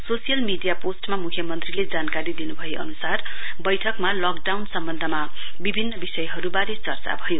social media पोष्टमा मुख्यमन्त्रीले जानकारी दिनुभए अनुसार वैठकमा लकडाउन सम्वन्धमा विभिन्न विषयहरुवारे चर्चा भयो